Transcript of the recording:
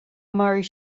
mairfidh